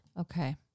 Okay